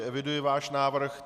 Eviduji váš návrh.